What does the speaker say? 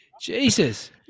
Jesus